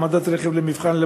העמדת רכב למבחן,